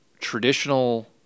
traditional